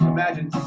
Imagine